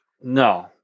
No